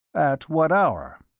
at what hour?